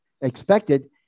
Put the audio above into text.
expected